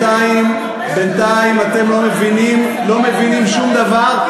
בינתיים אתם לא מבינים שום דבר,